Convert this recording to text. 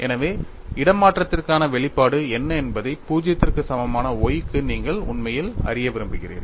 எனவே இடமாற்றத்திற்கான வெளிப்பாடு என்ன என்பதை 0 க்கு சமமான y க்கு நீங்கள் உண்மையில் அறிய விரும்புகிறீர்கள்